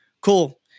Cool